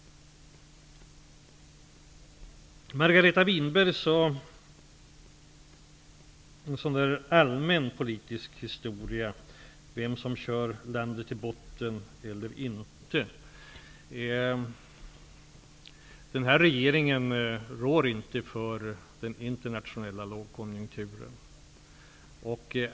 Margareta Winberg använde ett allmänt politiskt språkbruk. Hon talade om vem som kör landet i botten och vem som inte gör det. Denna regering rår inte för den internationella lågkonjunkturen.